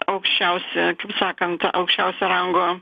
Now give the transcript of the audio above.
aukščiausia kaip sakant aukščiausio rango